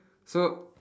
so